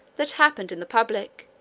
that happened in the public,